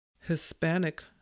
Hispanic